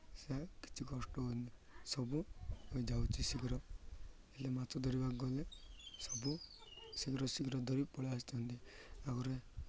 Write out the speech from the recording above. କିଛି କଷ୍ଟ ହେଉନି ସବୁ ହୋଇଯାଉଛି ଶୀଘ୍ର ହେଲେ ମାଛ ଧରିବାକୁ ଗଲେ ସବୁ ଶୀଘ୍ର ଶୀଘ୍ର ଧରି ପଳାଇ ଆସୁଛନ୍ତି ଆଗରେ